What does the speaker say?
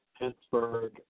Pittsburgh